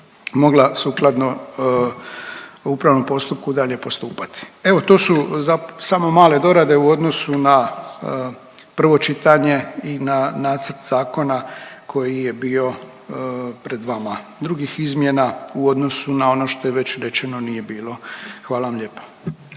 mogla sukladno upravnom postupku dalje postupati. Evo to su samo male dorade u odnosu na prvo čitanje i na nacrt zakona koji je bio pred vama, drugih izmjena u odnosu na ono što je već rečeno nije bilo. Hvala vam lijepa.